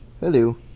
Hello